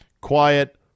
quiet